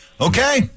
Okay